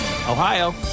Ohio